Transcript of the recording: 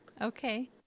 Okay